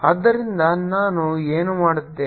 ಆದ್ದರಿಂದ ನಾನು ಏನು ಮಾಡುತ್ತೇನೆ